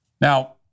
now